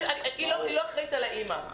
המערכת לא אחראית על האימא.